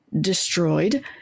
destroyed